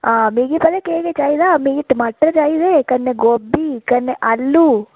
हां मिगी पता केह् केह् चाहिदा मिगी टमाटर चाहिदे कन्नै गोभी कन्नै आलू